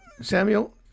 Samuel